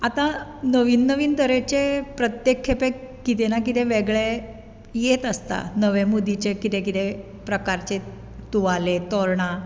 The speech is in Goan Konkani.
आतां नवीन नवीन तरेचे प्रत्येक खेपेक कितें ना कितें तरी येत आसता नवे मोदीचें कितें प्रकारचे तुवाले तोरणां